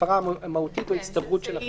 הפרה מהותית או הצטברות של הפרות.